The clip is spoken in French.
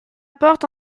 porte